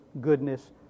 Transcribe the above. goodness